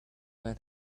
man